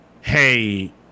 hey